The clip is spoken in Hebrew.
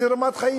איזו רמת חיים?